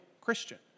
Christian